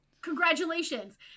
congratulations